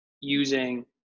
using